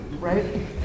right